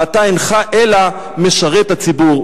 ואתה אינך אלא משרת הציבור.